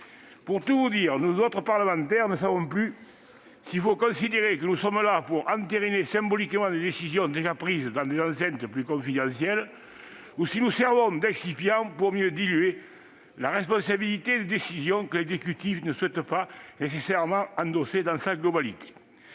Pour tout vous dire, nous autres parlementaires ne savons plus s'il faut considérer que nous sommes là pour entériner symboliquement des décisions déjà prises dans des enceintes plus confidentielles, ou si nous servons d'excipient pour mieux diluer la responsabilité de décisions que l'exécutif ne souhaite pas nécessairement endosser dans sa globalité.